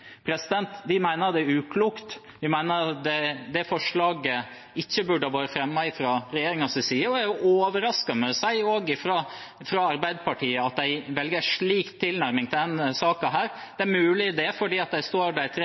Vi mener det er uklokt. Vi mener det forslaget ikke burde ha vært fremmet fra regjeringens side, og jeg må si jeg er overrasket over Arbeiderpartiet, at de velger en slik tilnærming til denne saken. Det er mulig det er fordi det står de tre